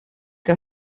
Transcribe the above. que